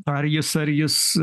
ar jis ar jis